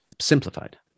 simplified